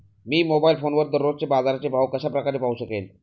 मी mobile फोनवर दररोजचे बाजाराचे भाव कशा प्रकारे पाहू शकेल?